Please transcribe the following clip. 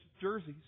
jerseys